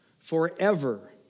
Forever